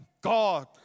God